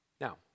Now